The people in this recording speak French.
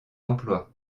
emplois